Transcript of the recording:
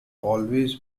always